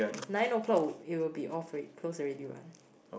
nine o'clock would it will be off alre~ close already what